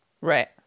Right